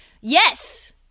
yes